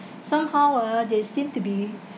somehow uh they seem to be